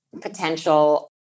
potential